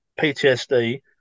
PTSD